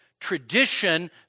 tradition